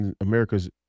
America's